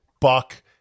Buck